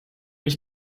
ich